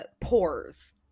pores